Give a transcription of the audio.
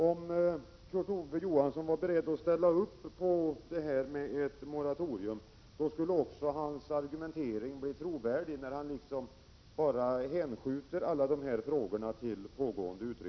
Om Kurt Ove Johansson var beredd att ställa upp på ett moratorium, skulle hans argumentering bli mer trovärdig.